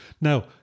now